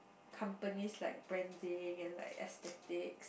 company's like branding and like aesthetic